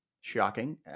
Shocking